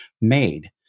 made